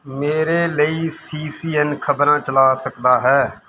ਮੇਰੇ ਲਈ C C N ਖ਼ਬਰਾਂ ਚਲਾ ਸਕਦਾ ਹੈ